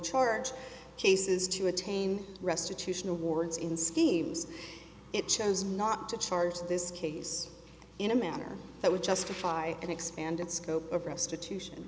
charge cases to attain restitution awards in schemes it chose not to charge this case in a manner that would justify an expanded scope of restitution